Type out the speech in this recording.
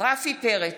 רפי פרץ,